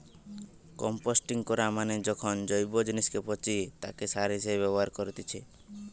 composting করা মানে যখন জৈব জিনিসকে পচিয়ে তাকে সার হিসেবে ব্যবহার করেতিছে